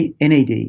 NAD